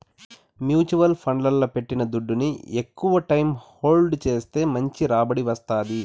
mutual ఫండ్లల్ల పెట్టిన దుడ్డుని ఎక్కవ టైం హోల్డ్ చేస్తే మంచి రాబడి వస్తాది